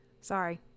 sorry